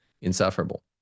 insufferable